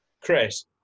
Chris